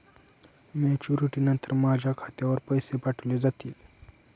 Maturity नंतर माझ्या खात्यावर पैसे पाठविले जातील?